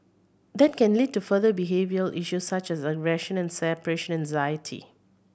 that can lead to further behavioural issues such as aggression and separation anxiety